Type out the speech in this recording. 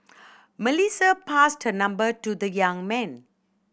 Melissa passed her number to the young man